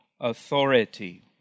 authority